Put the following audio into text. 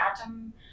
atom